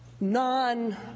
non